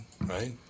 right